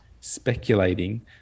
speculating